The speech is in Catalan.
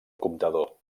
comptador